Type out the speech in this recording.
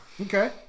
Okay